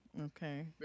Okay